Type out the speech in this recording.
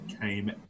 came